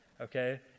Okay